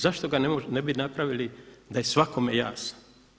Zašto ga ne bi napravili da je svakome jasan.